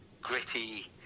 gritty